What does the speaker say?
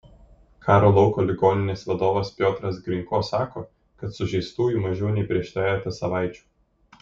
karo lauko ligoninės vadovas piotras grinko sako kad sužeistųjų mažiau nei prieš trejetą savaičių